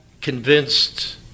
convinced